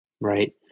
right